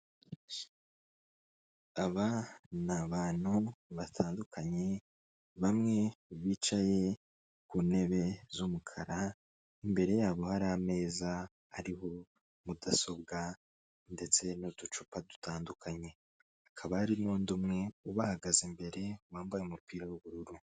Aba ni abantu batandukanye bamwe bicaye ku ntebe z'umukara, imbere yabo hari ameza hariho mudasobwa ndetse n'uducupa dutandukanye, hakaba hari n'undi umwe ubahagaze imbere wambaye umupira w'ubururu.